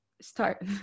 start